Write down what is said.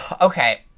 Okay